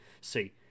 see